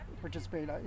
participate